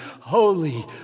holy